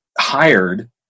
hired